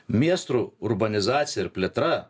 miestų urbanizacija ir plėtra